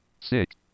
six